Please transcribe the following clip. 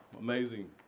amazing